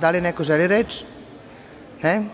Da li neko želi reč? (Ne)